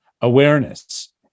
awareness